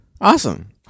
Awesome